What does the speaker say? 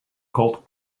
called